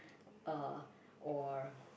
uh or